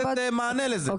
רצינו לתת מענה לזה,